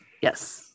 Yes